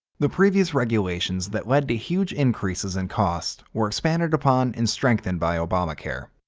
the previous regulations that led to huge increases in costs were expanded upon and strengthened by obamacare.